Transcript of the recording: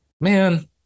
man